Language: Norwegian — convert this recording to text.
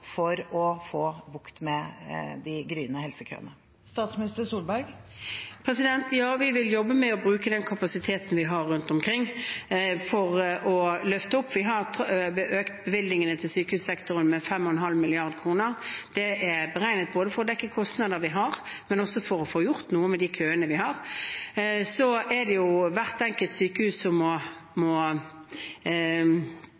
for å få bukt med de gryende helsekøene? Ja, vi vil jobbe med å bruke den kapasiteten vi har rundt omkring, for å få et løft. Vi har økt bevilgningene til sykehussektoren med 5,5 mrd. kr. Det er beregnet både for å dekke kostnader vi har, og for å få gjort noe med de køene vi har. Så er det hvert enkelt helseforetak som må